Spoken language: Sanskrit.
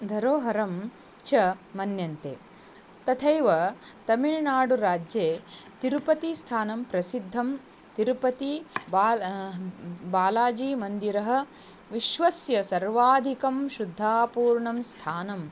धरोहरं च मन्यन्ते तथैव तमिळ्नाडुराज्ये तिरुपतिस्थानं प्रसिद्धं तिरुपत्युः बाला बालाजीमन्दिरं विश्वस्य सर्वाधिकं श्रद्धापूर्णं स्थानम्